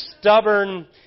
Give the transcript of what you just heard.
stubborn